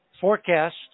forecast